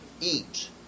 eat